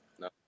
no